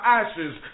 ashes